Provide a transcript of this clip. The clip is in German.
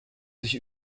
sich